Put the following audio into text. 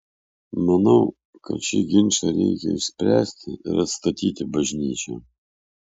manau kad šį ginčą reikia išspręsti ir atstatyti bažnyčią